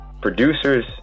producers